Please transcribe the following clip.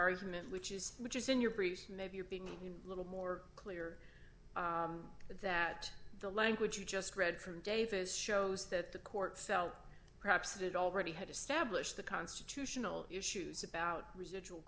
argument which is which is in your briefs maybe you're being a little more clear that the language you just read from davis shows that the court felt perhaps that it already had established the constitutional issues about residual